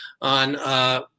on